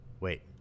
Wait